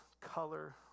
color